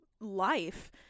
life